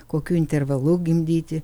kokiu intervalu gimdyti